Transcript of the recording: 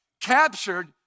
captured